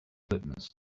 litmus